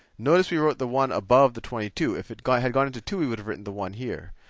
notice we wrote the one above the twenty two. if it go had gone into two we would've written the one here.